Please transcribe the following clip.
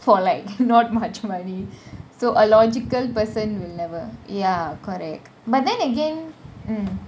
for like not much money so a logical person will never ya correct but then again mm